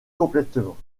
complètement